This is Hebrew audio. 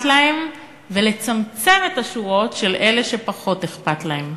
להם ולצמצם את השורות של אלה שפחות אכפת להם.